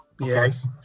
Yes